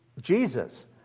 Jesus